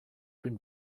been